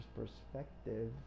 perspective